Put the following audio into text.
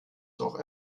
doch